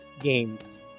Games